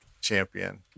champion